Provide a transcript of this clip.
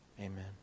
Amen